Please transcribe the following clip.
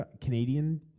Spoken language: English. Canadian